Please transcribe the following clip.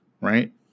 right